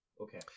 Okay